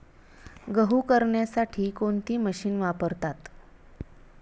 गहू करण्यासाठी कोणती मशीन वापरतात?